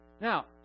Now